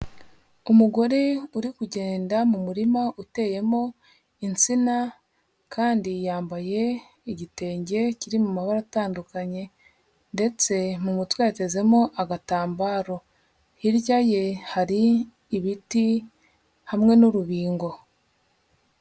Umugore uri kugenda mu murima uteyemo insina kandi yambaye igitenge kiri mu mabara atandukanye ndetse mu mutwe yatezemo agatambaro, hirya ye hari ibiti hamwe n'urubingo.